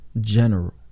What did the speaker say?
general